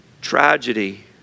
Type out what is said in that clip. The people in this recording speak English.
tragedy